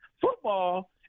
Football